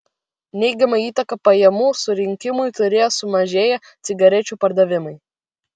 neigiamą įtaką pajamų surinkimui turėjo sumažėję cigarečių pardavimai